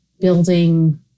building